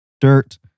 dirt